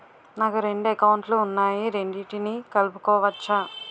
నాకు రెండు అకౌంట్ లు ఉన్నాయి రెండిటినీ కలుపుకోవచ్చా?